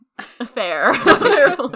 Fair